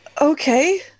Okay